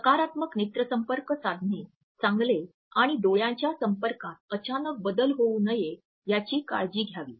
सकारात्मक नेत्रसंपर्क साधणे चांगले आणि डोळ्याच्या संपर्कात अचानक बदल होऊ नये याची काळजी घ्यावी